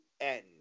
end